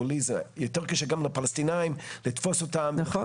ניהול זה יותר קשה גם לפלסטינאים לתפוס אותם --- נכון,